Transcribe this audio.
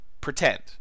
pretend